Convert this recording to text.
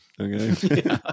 Okay